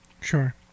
Sure